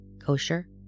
kosher